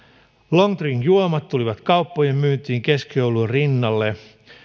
long drink juomat tulivat kauppojen myyntiin keskioluen rinnalle